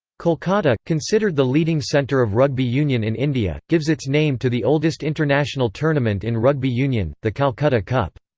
kolkata, considered the leading centre of rugby union in india, gives its name to the oldest international tournament in rugby union, the calcutta cup.